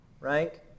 right